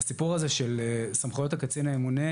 אז כולנו פה תמימי דעים שהמצב הזה לא צריך